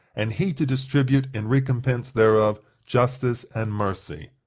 and he to distribute, in recompense thereof, justice and mercy.